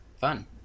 fun